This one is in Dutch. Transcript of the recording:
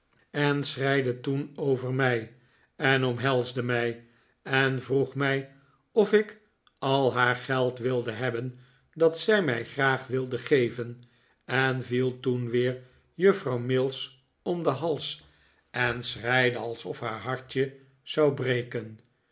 en schreide toen over mij en omhelsde mij en vroeg mij of ik al haar geld wilde hebben dat zij mij graag wilde geven en viel toen weer juffrouw mills om den hals en schreide alsof haar hartje zou breken